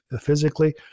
physically